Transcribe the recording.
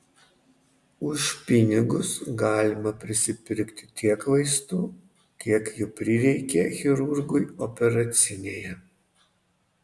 už pinigus galima prisipirkti tiek vaistų kiek jų prireikia chirurgui operacinėje